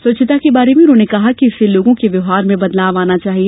स्वच्छता के बारे में उन्होंने कहा कि इससे लोगों के व्यवहार में बदलाव आना चाहिए